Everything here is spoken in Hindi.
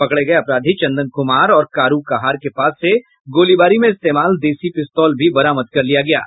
पकड़े गये अपराधी चंदन कुमार और कारू कहार के पास से गोलीबारी में इस्तेमाल देशी पिस्तौल भी बरामद कर लिया गया है